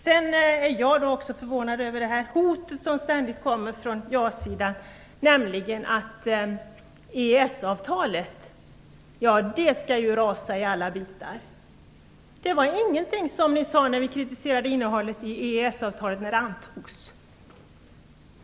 Sedan är jag också förvånad över det hot som ständigt kommer från ja-sidan, nämligen att EES avtalet skall rasa i alla bitar. Det var ingenting som ni sade när vi kritiserade innehållet i EES-avtalet när det antogs.